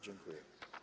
Dziękuję.